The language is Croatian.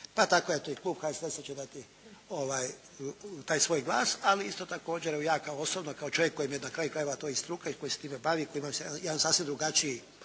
pa tako eto i klub HSLS-a će dati taj svoj glas, ali isto također evo ja kao osobno, kao čovjek kojemu je na kraju krajeva to i struka i koji se s time bavi i koji ima jedan sasvim drugačiji,